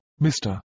Mr